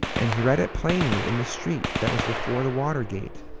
and he read it plainly in the street that was before the water gate,